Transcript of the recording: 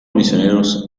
misioneros